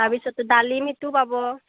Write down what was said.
তাৰপিছতে ডালিমীটো পাব